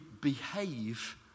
behave